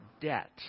debt